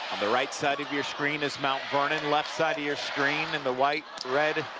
on the right side of your screen is mount vernon. left side of your screen in the white, red,